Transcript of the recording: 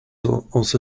also